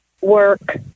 work